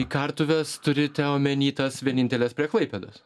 į kartuves turite omeny tas vieninteles prie klaipėdos